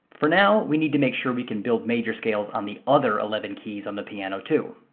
for now we need to make sure we can build major scales on the other eleven keys on the piano too.